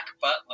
Butler